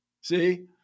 See